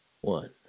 one